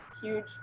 huge